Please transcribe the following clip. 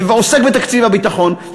ועוסק בתקציב הביטחון,